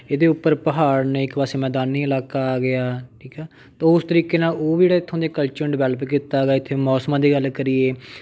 ਇਹਦੇ ਉੱਪਰ ਪਹਾੜ ਨੇ ਇੱਕ ਪਾਸੇ ਮੈਦਾਨੀ ਇਲਾਕਾ ਆ ਗਿਆ ਠੀਕ ਹੈ ਤਾਂ ਉਸ ਤਰੀਕੇ ਨਾਲ਼ ਉਹ ਵੀ ਜਿਹੜਾ ਇੱਥੋਂ ਦੇ ਕਲਚਰ ਡਿਵੈਲਪ ਕੀਤਾ ਹੈਗਾ ਇੱਥੇ ਮੌਸਮਾਂ ਦੀ ਗੱਲ ਕਰੀਏ